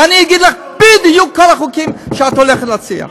ואני אגיד לךְ בדיוק מה החוקים שאת הולכת להציע.